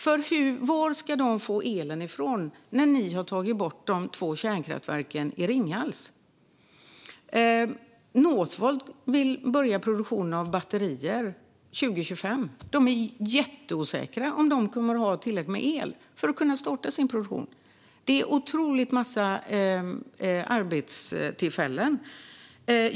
Varifrån ska man få el när ni har tagit bort de två kärnkraftsreaktorerna i Ringhals? Northvolt vill påbörja produktion av batterier 2025, men de är jätteosäkra på om de kommer att ha tillräckligt med el för att starta sin produktion. Det handlar om otroligt många arbetstillfällen.